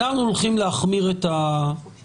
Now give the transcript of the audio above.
אנחנו הולכים להחמיר את הרף.